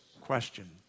question